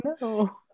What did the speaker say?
no